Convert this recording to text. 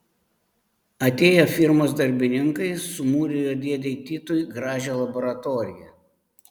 atėję firmos darbininkai sumūrijo dėdei titui gražią laboratoriją